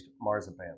marzipan